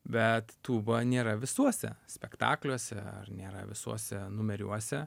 bet tūba nėra visuose spektakliuose ar nėra visuose numeriuose